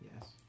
Yes